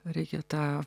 reikia tą